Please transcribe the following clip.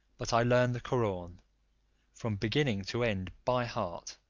but i learned the koraun from beginning to end by heart,